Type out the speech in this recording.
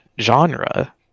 genre